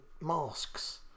masks